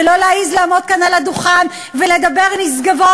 ולא להעז לעמוד כאן על הדוכן ולדבר נשגבות,